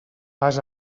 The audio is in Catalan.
pas